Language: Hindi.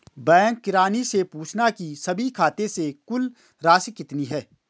बैंक किरानी से पूछना की सभी खाते से कुल राशि कितनी है